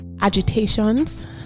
agitations